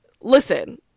listen